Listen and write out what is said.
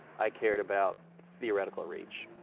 i cared about theoretical reach.